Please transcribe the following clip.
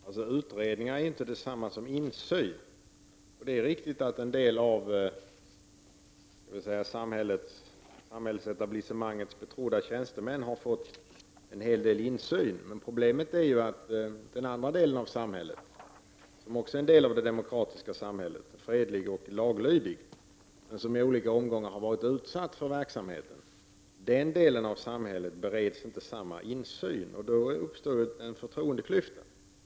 Fru talman! Utredningar är inte detsamma som insyn. Det är riktigt att en del av samhällsetablissemangets betrodda tjänstemän har fått en hel del insyn. Men problemet är att den andra delen av samhället, som också är en del av det demokratiska samhället, fredlig och laglydig och som i olika omgångar har varit utsatt för säpos verksamhet, inte bereds samma insyn. Då uppstår en förtroendeklyfta.